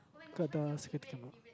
got the and all